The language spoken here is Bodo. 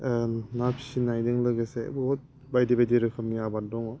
ना फिसिनायजों लोगोसे बहुद बायदि बायदि रोखोमनि आबाद दङ